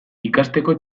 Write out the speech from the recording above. ikasteko